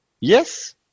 Yes